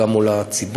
גם מול הציבור.